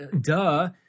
duh